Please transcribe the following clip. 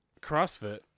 CrossFit